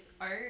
art